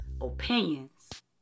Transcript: opinions